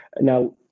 Now